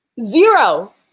Zero